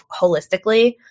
holistically